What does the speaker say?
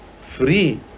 free